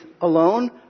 alone